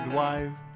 wife